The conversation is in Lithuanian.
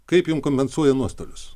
kaip jum kompensuoja nuostolius